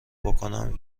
بکنم